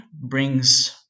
brings